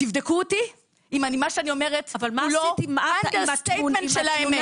תבדקו אותי אם מה שאני אומרת הוא לא אנדרסטייטמנט של האמת.